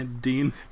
Dean